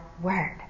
Word